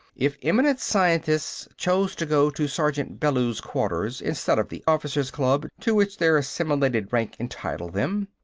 if eminent scientists chose to go to sergeant bellews' quarters instead of the officers club, to which their assimilated rank entitled them,